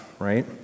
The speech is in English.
right